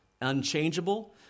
unchangeable